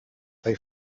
they